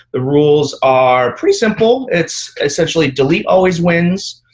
the rules are pretty simple. it's essentially delete always wins,